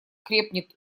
крепнет